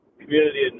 community